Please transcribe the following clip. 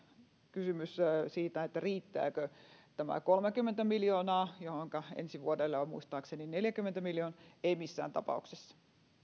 kysymys siitä riittääkö tämä kolmekymmentä miljoonaa ensi vuodelle on muistaakseni neljäkymmentä miljoonaa ei missään tapauksessa